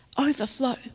overflow